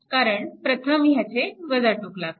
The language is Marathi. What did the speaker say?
कारण प्रथम ह्याचे टोक लागते